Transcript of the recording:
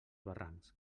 barrancs